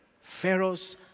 Pharaoh's